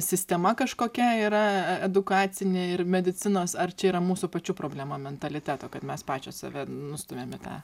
sistema kažkokia yra e edukacinė ir medicinos ar čia yra mūsų pačių problema mentaliteto kad mes pačios save nustumiam į tą